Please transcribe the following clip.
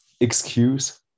excuse